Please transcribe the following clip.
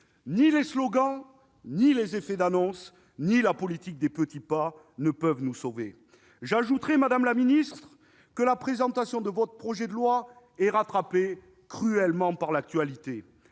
Ni les slogans, ni les effets d'annonce, ni la politique des petits pas ne peuvent nous sauver ! Par ailleurs, la présentation de votre projet de loi est rattrapée cruellement par l'actualité